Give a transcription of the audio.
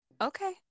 Okay